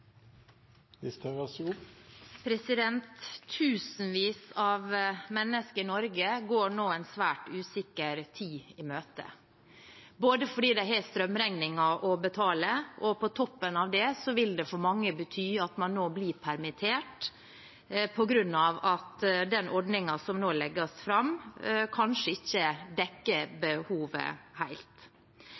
Tusenvis av mennesker i Norge går nå en svært usikker tid i møte fordi de har strømregninger å betale, og på toppen av det vil det at den ordningen som nå legges fram, kanskje ikke dekker behovet helt, for mange bety at man nå blir permittert.